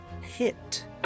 hit